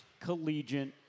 collegiate